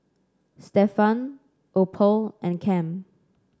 Stephan Opal and Cam